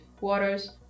waters